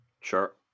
Sure